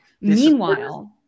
Meanwhile